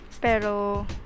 Pero